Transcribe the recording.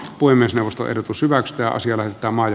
puhemiesneuvosto eli pysyvät rahasi laittamaan